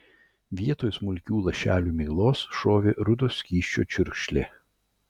vietoj smulkių lašelių miglos šovė rudo skysčio čiurkšlė